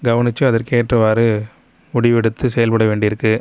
கவனித்து அதற்கு ஏற்றவாறு முடிவெடுத்து செயல் பட வேண்டி இருக்குது